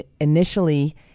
initially